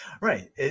Right